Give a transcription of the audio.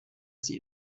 sie